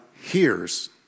hears